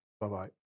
Bye-bye